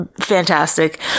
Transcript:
Fantastic